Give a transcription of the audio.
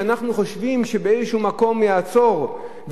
אנחנו חושבים שבאיזה מקום היא תעצור,